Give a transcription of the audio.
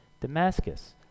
Damascus